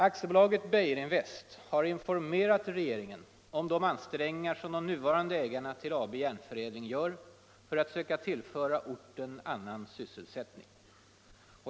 AB Beijerinvest har informerat regeringen om de ansträngningar som de nuvarande ägarna till AB Järnförädling gör för att söka tillföra orten annan sysselsättning.